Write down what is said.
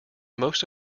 most